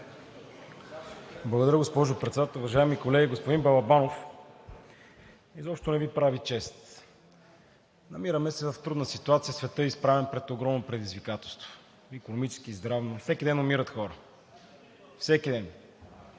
Благодаря, госпожо Председател. Уважаеми колеги! Господин Балабанов, изобщо не Ви прави чест. Намираме се в трудна ситуация. Светът е изправен пред огромно предизвикателство – икономическо, здравно. Всеки ден умират хора. Всеки ден!